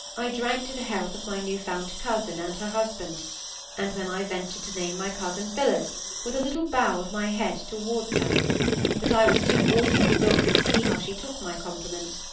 i drank to the health of my newfound cousin and her husband and then i ventured to name my cousin phillis with a little bow of my head towards her but i was too awkward to look and see how she took my compliment.